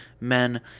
men